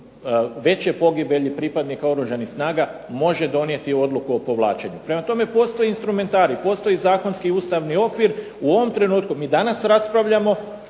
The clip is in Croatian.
veće pogibelji oružanih snaga može donijeti odluku o povlačenju. Prema tome, postoji instrumentarij, postoji zakonski ustavni okvir u ovom trenutku, mi danas raspravljamo